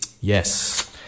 yes